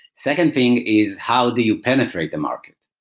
second thing is how do you penetrate the market.